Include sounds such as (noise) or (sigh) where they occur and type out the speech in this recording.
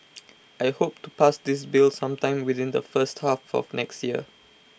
(noise) I hope to pass this bill sometime within the first half of next year